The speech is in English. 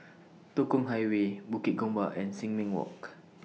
Tekong Highway Bukit Gombak and Sin Ming Walk